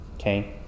Okay